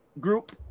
group